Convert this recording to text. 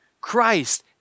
Christ